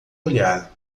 olhar